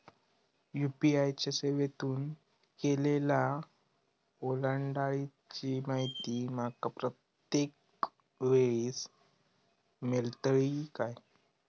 UPI च्या सेवेतून केलेल्या ओलांडाळीची माहिती माका प्रत्येक वेळेस मेलतळी काय?